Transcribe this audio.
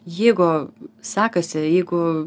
jeigu sekasi jeigu